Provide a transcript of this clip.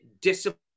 discipline